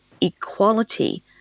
equality